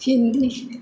Hindi